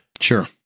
Sure